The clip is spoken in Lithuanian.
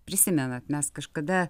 prisimenat mes kažkada